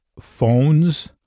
phones